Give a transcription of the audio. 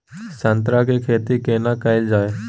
संतरा के खेती केना कैल जाय?